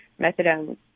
methadone